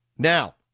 Now